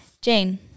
Jane